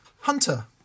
Hunter